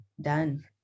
done